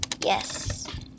yes